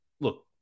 look